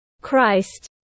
Christ